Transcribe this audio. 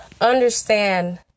understand